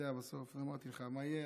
בסוף אמרתי לך מה יהיה,